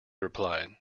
replied